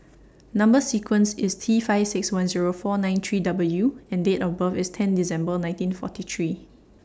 Number sequence IS T five six one Zero four nine three W and Date of birth IS ten December nineteen forty three